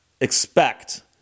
expect